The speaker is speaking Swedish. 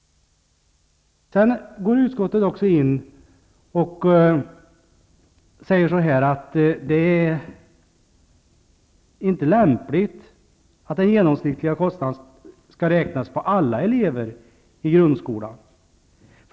Utskottet säger också att det inte är lämpligt att den genomsnittliga kostnaden skall räknas på alla elever i grundskolan.